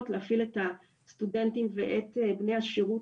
להפעיל את הסטודנטים ואת בני השירות,